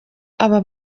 aba